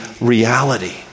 reality